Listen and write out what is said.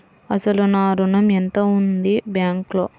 అసలు నా ఋణం ఎంతవుంది బ్యాంక్లో?